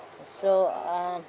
so uh